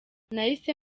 nahise